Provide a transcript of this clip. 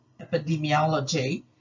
Epidemiology